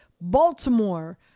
Baltimore